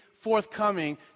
forthcoming